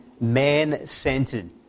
man-centered